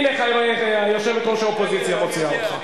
הנה, יושבת-ראש האופוזיציה מוציאה אותך.